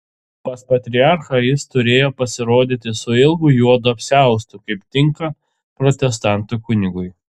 pas patriarchą jis turėjo pasirodyti su ilgu juodu apsiaustu kaip tinka protestantų kunigui